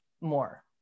more